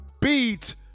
beat